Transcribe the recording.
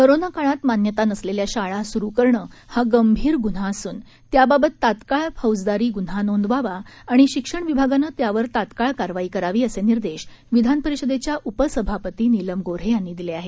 corona काळात मान्यता नसलेल्या शाळा सुरू करणं हा गंभीर गुन्हा असून त्याबाबत तात्काळ फौजदारी ग्न्हा नोंदवावा आणि शिक्षण विभागानं त्यावर तात्काळ कारवाई करावी असे निर्देश विधानपरिषदेच्या उपसभापती नीलम गोऱ्हे यांनी दिले आहेत